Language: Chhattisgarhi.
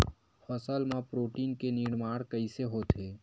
फसल मा प्रोटीन के निर्माण कइसे होथे?